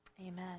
Amen